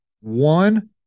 one